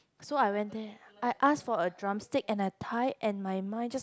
so I went there I asked for a drumstick and thigh and my mind just